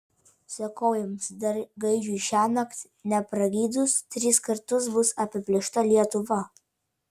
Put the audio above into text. sakau jums dar gaidžiui šiąnakt nepragydus tris kartus bus apiplėšta lietuva